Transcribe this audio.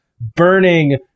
burning